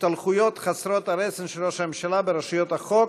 ההשתלחויות חסרות הרסן של ראש הממשלה ברשויות החוק